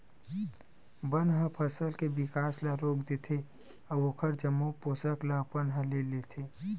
बन ह फसल के बिकास ल रोक देथे अउ ओखर जम्मो पोसक ल अपन ह ले लेथे